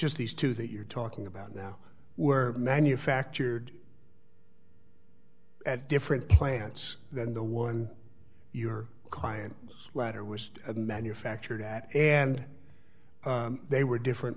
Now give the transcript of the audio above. just these two that you're talking about now were manufactured at different plants than the one your client ladder was manufactured at and they were different